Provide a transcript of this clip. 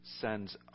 sends